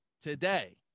today